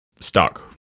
stuck